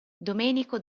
domenico